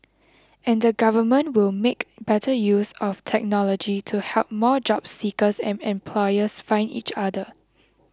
and the government will make better use of technology to help more job seekers and employers find each other